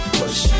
push